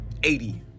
80